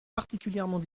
particulièrement